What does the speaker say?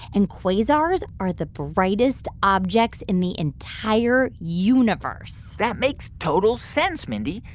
and quasars are the brightest objects in the entire universe that makes total sense, mindy,